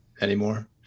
anymore